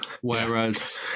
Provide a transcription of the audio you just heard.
whereas